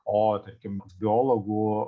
o tarkim biologų